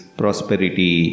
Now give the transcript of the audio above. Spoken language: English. prosperity